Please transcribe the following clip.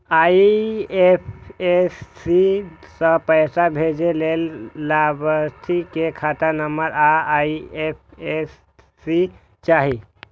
IFSC सं पैसा भेजै लेल लाभार्थी के खाता नंबर आ आई.एफ.एस.सी चाही